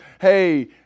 hey